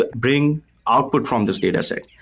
but bring output from this data set.